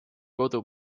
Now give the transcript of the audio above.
kodu